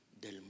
del